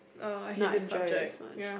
ah I hate this subject ya